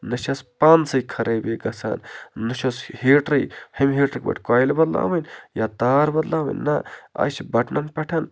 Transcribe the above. نہ چھَس پانہٕ سٕے خرٲبی گژھان نہ چھُس ہیٖٹٕرٕۍ ہوٚمہِ ہیٖٹٕرٕکۍ پٲٹھۍ کویِل بَدٕلاوٕنۍ یا تار بَدٕلاوٕنۍ نہ آز چھِ بَٹنَن پٮ۪ٹھ